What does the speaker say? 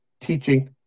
teaching